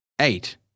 Eight